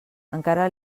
encara